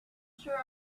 sure